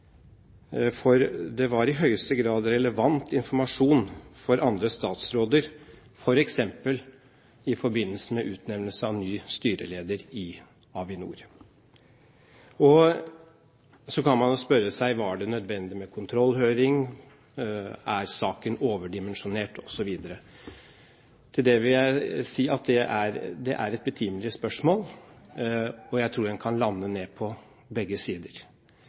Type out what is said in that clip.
For det var i høyeste grad relevant informasjon for andre statsråder, f.eks. i forbindelse med utnevnelse av ny styreleder i Avinor. Så kan man spørre seg: Var det nødvendig med kontrollhøring – er saken overdimensjonert, osv.? Det vil jeg si er et betimelig spørsmål, og jeg tror en kan lande ned på begge sider.